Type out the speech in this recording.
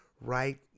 right